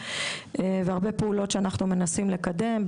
והרבה פעולות שאנחנו מנסים לקדם,